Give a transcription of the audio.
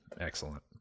Excellent